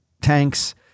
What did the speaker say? tanks